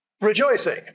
rejoicing